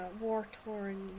war-torn